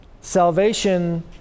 Salvation